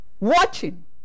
watching